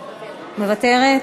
מוותרת?